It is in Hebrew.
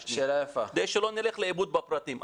כדי שלא נלך לאיבוד בפרטים.